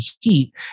heat